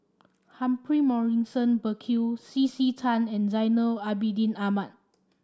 Humphrey Morrison Burkill C C Tan and Zainal Abidin Ahmad